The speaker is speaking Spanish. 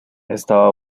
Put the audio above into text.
estaba